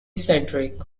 cedric